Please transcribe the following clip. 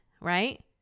right